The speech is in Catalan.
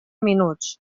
minuts